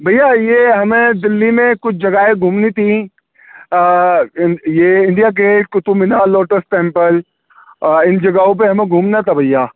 بھیا یہ ہمیں دلّی میں کچھ جگہیں گھومنی تھیں یہ India gate Qutub Minar lotus temple اِن جگہوں پہ ہمیں گھومنا تھا بھیا